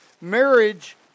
Marriage